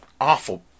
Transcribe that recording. awful